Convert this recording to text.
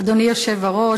אדוני היושב-ראש,